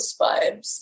vibes